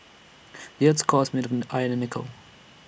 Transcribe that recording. the Earth's core is made of iron and nickel